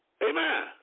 Amen